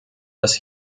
das